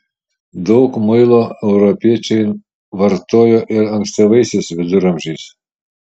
daug muilo europiečiai vartojo ir ankstyvaisiais viduramžiais